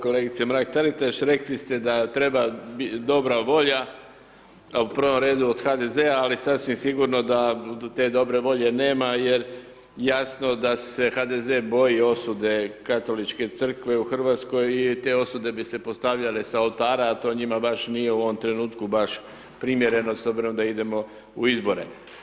Kolegice Mrak Taritaš, rekli ste da treba dobra volja, a u prvom redu od HDZ-a, ali sasvim sigurno da te dobre volje nema jer jasno da se HDZ boji osude katoličke Crkve u RH i te osude bi se postavljale sa oltara, a to njima baš nije u ovom trenutku baš primjereno s obzirom da idemo u izbore.